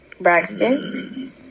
Braxton